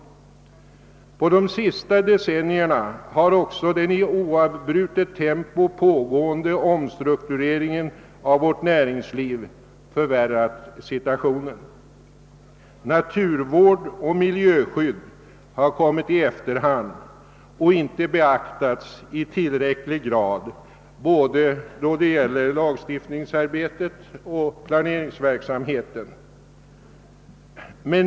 Under de senaste decennierna har också den i oavbrutet tempo pågående omstruktureringen av vårt näringsliv förvärrat situationen. Naturvård och miljöskydd har kommit i efterhand och har inte beaktats i tillräcklig grad i lagstiftningsarbetet och planeringsverksamheten.